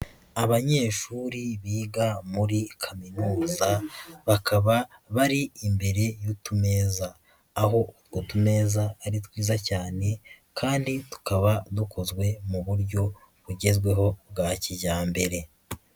Abanyeshuri biga muri kaminuza, bakaba bari imbere y'utumeza. Aho utu tumeza ari twiza cyane kandi tukaba dukozwe mu buryo bugezweho bwa kijyambere.